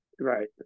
Right